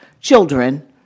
children